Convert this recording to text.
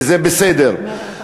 וזה בסדר.